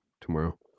tomorrow